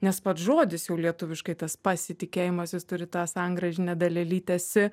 nes pats žodis jau lietuviškai tas pasitikėjimas jis turi tą sangrąžię dalelytę si